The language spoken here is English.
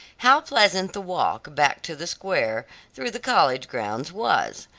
how pleasant the walk back to the square through the college grounds was,